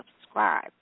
subscribe